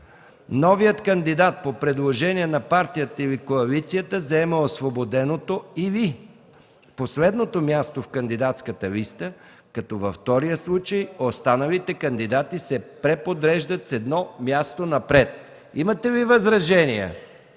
„новият кандидат по предложение на партията или коалицията заема освободеното или последното място в кандидатската листа, като във втория случай останалите кандидати се преподреждат с едно място напред”. Имате ли възражения?